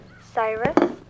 Cyrus